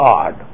God